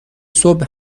صبح